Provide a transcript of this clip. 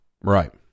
Right